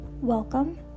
Welcome